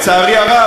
לצערי הרב,